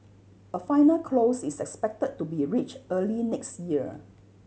a final close is expected to be reached early next year